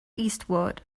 eastward